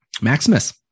Maximus